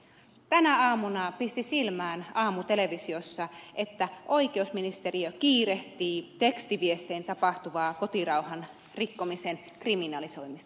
tänä aamuna pisti silmään aamutelevisiossa että oikeusministeriö kiirehtii tekstiviestein tapahtuvan kotirauhan rikkomisen kriminalisoimista